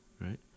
right